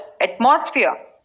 atmosphere